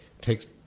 take –